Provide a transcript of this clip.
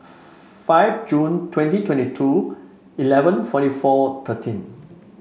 five June twenty twenty two eleven forty four thirteen